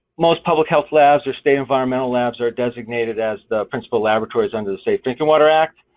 most public health labs or state environmental labs are designated as the principal laboratories under the safe drinking water act,